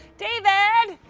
david,